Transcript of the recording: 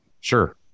Sure